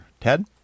Ted